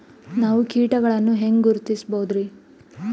ನಾವು ಕೀಟಗಳನ್ನು ಹೆಂಗ ಗುರುತಿಸಬೋದರಿ?